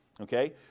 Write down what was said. okay